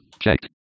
Checked